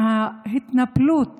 ההתנפלות